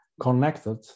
connected